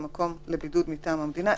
במקום לבידוד מטעם המדינה,